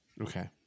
Okay